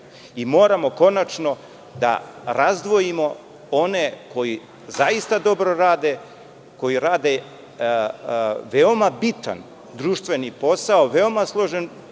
i moramo konačno da razdvojimo one koji zaista dobro rade, koji rade veoma bitan društveni posao, veoma složen